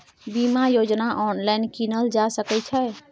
बीमा योजना ऑनलाइन कीनल जा सकै छै?